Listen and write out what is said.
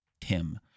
Tim